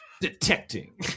detecting